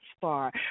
far